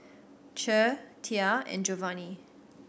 Che Tia and Giovanny